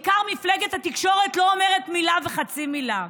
בעיקר מפלגת התקשורת לא אומרת מילה וחצי מילה.